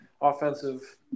offensive